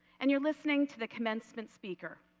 and you are listening to the commencement speaker.